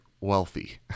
wealthy